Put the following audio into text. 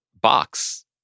box